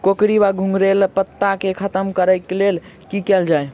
कोकरी वा घुंघरैल पत्ता केँ खत्म कऽर लेल की कैल जाय?